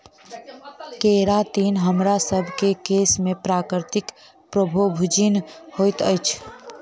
keratin हमरासभ केँ केश में प्राकृतिक प्रोभूजिन होइत अछि